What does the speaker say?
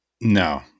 No